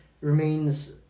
remains